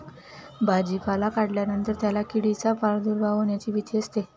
भाजीपाला काढल्यानंतर त्याला किडींचा प्रादुर्भाव होण्याची भीती असते